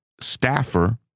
staffer